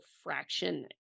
fraction